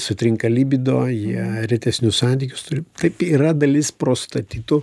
sutrinka libido jie retesnius santykius turi taip yra dalis prostatitų